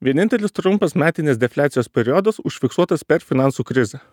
vienintelis trumpas metinės defliacijos periodas užfiksuotas per finansų krizę